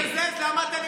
מה אתה אומר?